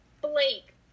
Blake